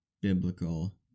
biblical